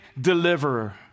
deliverer